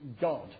God